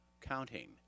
counting